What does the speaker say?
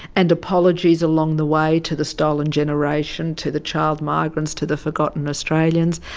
and apologies along the way to the stolen generation, to the child migrants, to the forgotten australians.